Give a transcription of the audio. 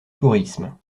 tourisme